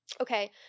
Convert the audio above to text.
Okay